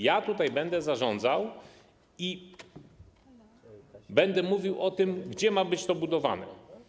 Ja tutaj będę zarządzał i będę mówił o tym, gdzie to ma być budowane.